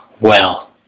Well